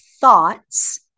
thoughts